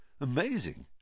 Amazing